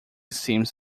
seems